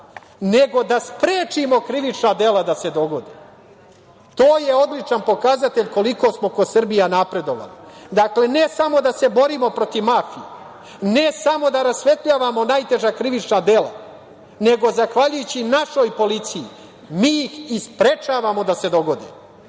nego da sprečimo krivična dela da se dogode. To je odličan pokazatelj koliko smo ko Srbija napredovali. Dakle, ne samo da se borimo protiv mafije, ne samo da rasvetljavamo najteža krivična dela, nego zahvaljujući našoj policiji mi i sprečavamo da se dogode.